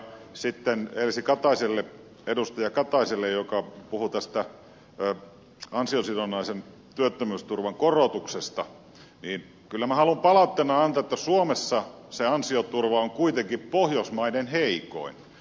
edustaja elsi kataiselle joka puhui ansiosidonnaisen työttömyysturvan korotuksesta kyllä minä haluan palautteena antaa että suomessa se ansioturva on kuitenkin pohjoismaiden heikoin